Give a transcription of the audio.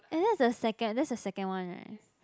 and that's the second that's the second one right